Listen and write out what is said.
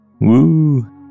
Woo